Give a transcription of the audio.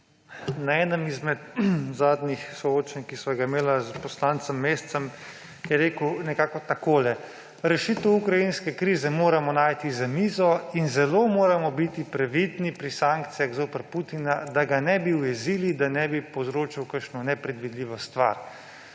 Na enem izmed zadnjih soočenj, ki sva ga imela s poslancem mesecem, je rekel nekako takole: Rešitev ukrajinske krize moramo najti za mizo in zelo moramo biti previdni pri sankcijah zoper Putina, da ga ne bi ujezili, da ne bi povzročil kakšno nepredvidljivo stvar.